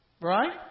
Right